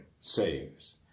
saves